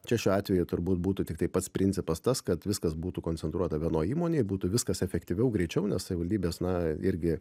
čia šiuo atveju turbūt būtų tiktai pats principas tas kad viskas būtų koncentruota vienoj įmonėj būtų viskas efektyviau greičiau nes savivaldybės na irgi